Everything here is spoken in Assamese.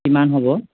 কিমান হ'ব